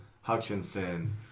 Hutchinson